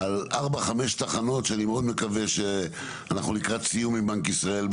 ארבע או חמש תחנות שאני מאוד מקווה שאנחנו לקראת סיום עם בנק ישראל,